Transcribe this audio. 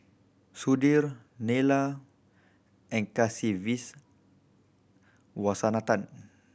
Sudhir Neila and Kasiviswanathan